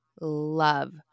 love